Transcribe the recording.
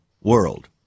world